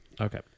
Okay